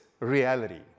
Reality